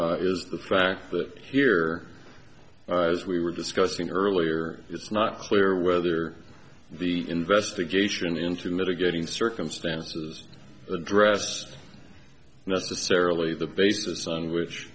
is the fact that here as we were discussing earlier it's not clear whether the investigation into mitigating circumstances addressed necessarily the basis on which